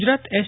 Gujarat S